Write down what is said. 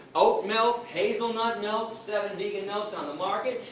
oat milk, hazelnuts milk. seven vegan milks on the market.